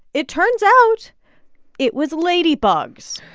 it turns out it was ladybugs